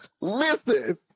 listen